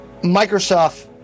microsoft